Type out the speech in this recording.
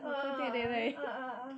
a'ah ah ah ah